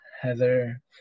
Heather